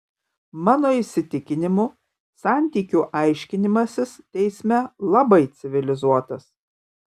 mano įsitikinimu santykių aiškinimasis teisme labai civilizuotas